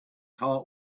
heart